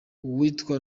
uwitwa